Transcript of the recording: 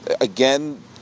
Again